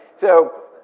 so,